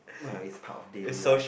well it is part of daily life